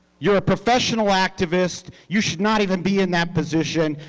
you're a professional activist, you should not even be in that position.